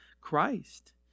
Christ